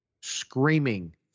screaming